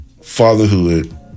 fatherhood